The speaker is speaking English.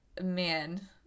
man